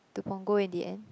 to Punggol in the end